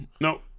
No